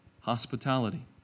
hospitality